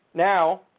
Now